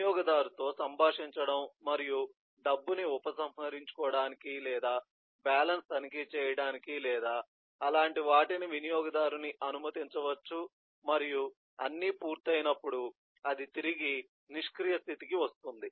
వినియోగదారుతో సంభాషించడం మరియు డబ్బును ఉపసంహరించుకోవటానికి లేదా బ్యాలెన్స్ తనిఖీ చేయడానికి లేదా అలాంటి వాటిని వినియోగదారుని అనుమతించవచ్చు మరియు అన్నీ పూర్తయినప్పుడు అది తిరిగి నిష్క్రియ స్థితికి వస్తుంది